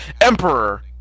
Emperor